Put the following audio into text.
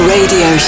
Radio